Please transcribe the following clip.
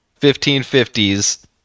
1550s